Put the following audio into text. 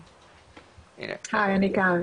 היי אני כאן.